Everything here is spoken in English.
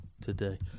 today